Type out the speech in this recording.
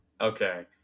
Okay